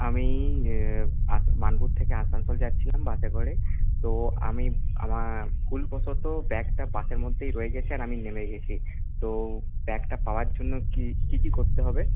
আমি বার্নপুর থেকে আসানসোল যাচ্ছিলাম বাসে করে তো আমি আমার ভুলবশত ব্যাগটা বাসের মধ্যেই রয়ে গেছে আর আমি নেমে গেছি তো ব্যাগটা পাওয়ার জন্য কী কী কী করতে হবে